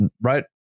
right